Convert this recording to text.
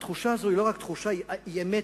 התחושה הזאת היא לא רק תחושה, היא אמת.